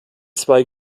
zwei